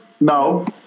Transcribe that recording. No